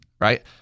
right